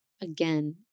again